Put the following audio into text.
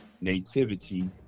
nativity